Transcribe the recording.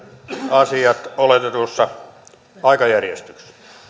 asiat oletetussa aikajärjestyksessä